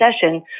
session